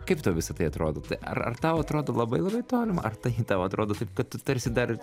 kaip tau visa tai atrodo tai ar ar tau atrodo labai labai tolima ar tai tau atrodo taip kad tu tarsi dar